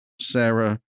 Sarah